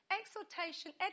Exhortation